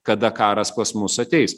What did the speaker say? kada karas pas mus ateis